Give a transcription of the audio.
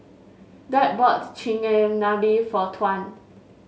Dwight bought Chigenabe for Tuan